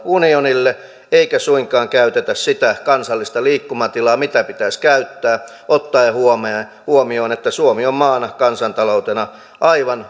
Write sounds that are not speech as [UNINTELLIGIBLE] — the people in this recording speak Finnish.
unionille eikä suinkaan käytetä sitä kansallista liikkumatilaa mitä pitäisi käyttää ottaen huomioon että suomi on maana kansantaloutena aivan [UNINTELLIGIBLE]